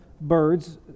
birds